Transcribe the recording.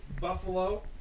Buffalo